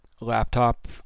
laptop